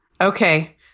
Okay